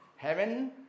Heaven